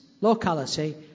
locality